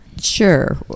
Sure